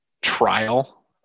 trial